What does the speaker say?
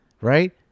right